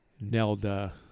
Nelda